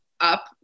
Up